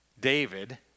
David